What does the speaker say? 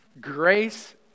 grace